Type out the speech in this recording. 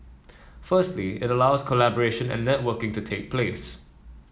firstly it allows collaboration and networking to take place